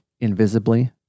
invisibly